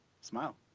Smile